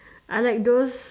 I like those